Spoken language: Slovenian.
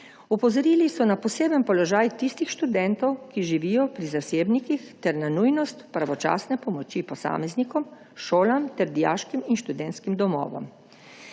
Opozorili so na poseben položaj tistih študentov, ki živijo pri zasebnikih, ter na nujnost pravočasne pomoči posameznikom, šolam ter dijaškim in študentskim domovom.